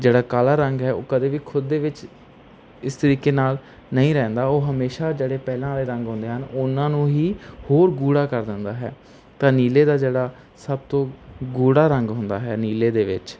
ਜਿਹੜਾ ਕਾਲਾ ਰੰਗ ਹੈ ਉਹ ਕਦੇ ਵੀ ਖੁਦ ਦੇ ਵਿੱਚ ਇਸ ਤਰੀਕੇ ਨਾਲ ਨਹੀਂ ਰਹਿੰਦਾ ਉਹ ਹਮੇਸ਼ਾ ਜਿਹੜੇ ਪਹਿਲਾਂ ਵਾਲੇ ਰੰਗ ਹੁੰਦੇ ਹਨ ਉਨ੍ਹਾਂ ਨੂੰ ਹੀ ਹੋਰ ਗੂੜ੍ਹਾ ਕਰ ਦਿੰਦਾ ਹੈ ਤਾਂ ਨੀਲੇ ਦਾ ਜਿਹੜਾ ਸਭ ਤੋਂ ਗੂੜ੍ਹਾ ਰੰਗ ਹੁੰਦਾ ਹੈ ਨੀਲੇ ਦੇ ਵਿੱਚ